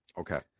Okay